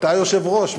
אתה היושב-ראש,